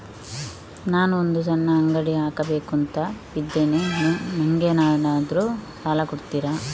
ನಾನು ಒಂದು ಸಣ್ಣ ಅಂಗಡಿ ಹಾಕಬೇಕುಂತ ಇದ್ದೇನೆ ನಂಗೇನಾದ್ರು ಸಾಲ ಕೊಡ್ತೀರಾ?